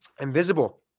Invisible